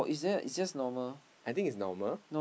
I think is normal